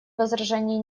возражений